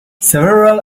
several